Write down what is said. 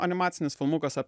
animacinis filmukas apie